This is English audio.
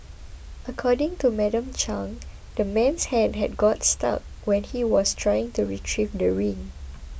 according to Madam Chang the man's hand had got stuck when he was trying to retrieve the ring